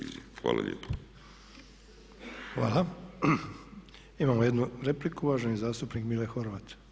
Imamo jednu repliku uvaženi zastupnik Mile Horvat.